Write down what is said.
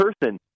person